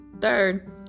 Third